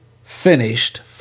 finished